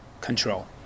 control